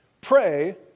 Pray